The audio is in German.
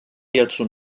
hierzu